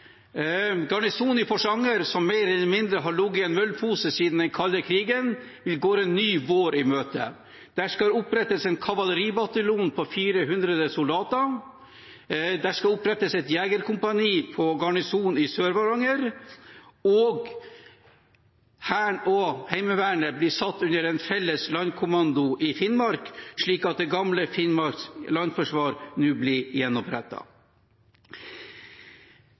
i Finnmark. Garnisonen i Porsanger, som mer eller mindre har ligget i en møllpose siden den kalde krigen, går en ny vår i møte. Det skal opprettes en kavaleribataljon på 400 soldater. Det skal opprettes et jegerkompani på garnisonen i Sør-Varanger, og Hæren og Heimevernet blir satt under en felles landkommando i Finnmark, slik at det gamle Finnmark landforsvar nå blir